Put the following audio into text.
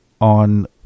on